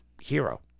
hero